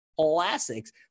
classics